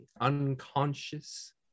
unconscious